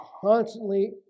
constantly